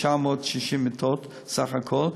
960 מיטות סך הכול,